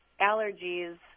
allergies